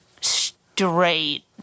straight